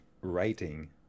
writing